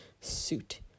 suit